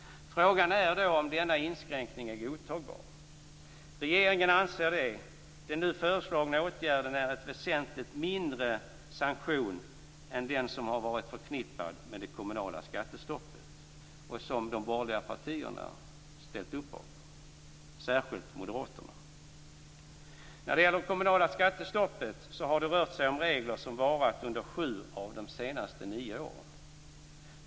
Frågan är då om denna inskränkning är godtagbar. Regeringen anser det. Den nu föreslagna åtgärden är en väsentligt mindre sanktion än den som har varit förknippad med det kommunala skattestoppet och som de borgerliga partierna ställt upp bakom, särskilt Moderaterna. När det gäller det kommunala skattestoppet har det rört sig om regler som varat under sju av de senaste nio åren.